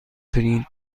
پرینت